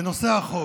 בנושא החוק,